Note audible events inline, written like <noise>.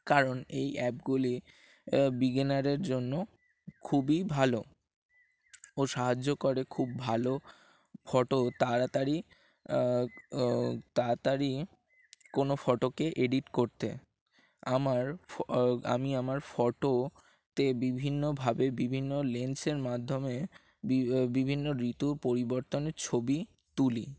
কারণ এই অ্যাপগুলি বিগিনারের জন্য খুবই ভালো ও সাহায্য করে খুব ভালো ফটো তাড়াতাড়ি তাড়াতাড়ি কোনো ফটোকে এডিট করতে আমার <unintelligible> আমি আমার ফটোতে বিভিন্নভাবে বিভিন্ন লেন্সের মাধ্যমে বিভিন্ন ঋতুর পরিবর্তনের ছবি তুলি